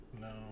No